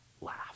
laugh